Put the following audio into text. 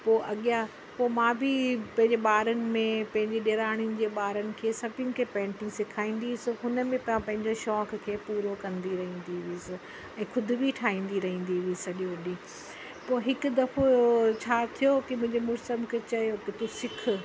पोइ अॻियां पोइ मां बि पंहिंजे ॿारनि में पंहिंजे ॾेराणियुनि जे ॿारनि खे सभिनि खे पेंटिंग सेखारींदी हुअसि हुन में मां पंहिंजे शौक़ खे पूरो कंदी रहींदी हुअसि ऐं ख़ुदि बि ठाहींदी रहंदी हुअसि सॼो ॾींहं पोइ हिकु दफ़ो छा थियो की मुंहिंजे मुड़ुसु मूंखे चयो की तूं सिख